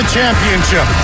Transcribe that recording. Championship